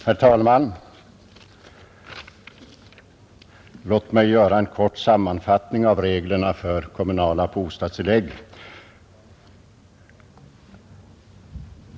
Herr talman! Låt mig göra en kort sammanfattning av reglerna för kommunala bostadstillägg.